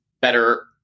better